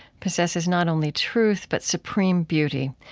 possesses not only truth, but supreme beauty.